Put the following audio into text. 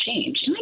change